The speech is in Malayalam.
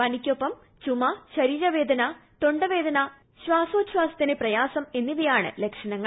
പനിക്കൊപ്പം ചുമ ശരീരവേദന തൊണ്ട വേദന ശ്വാസോച്ഛാസത്തിന് പ്രയാസം എന്നിവയാണ് ലക്ഷണങ്ങൾ